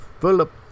Philip